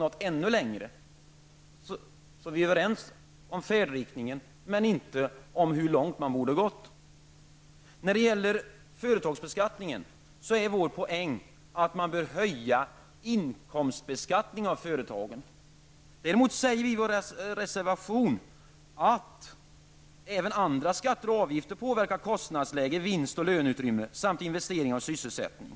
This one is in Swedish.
Vi är alltså överens om färdriktningen men inte om hur långt man borde ha gått. När det gäller företagsbeskattningen är vår poäng den att man bör höja inkomstbeskattningen av företagen. Däremot säger vi i vår reservation att även andra skatter och avgifter påverkar kostnadsläget, vinst och löneutrymmet samt investeringar och sysselsättning.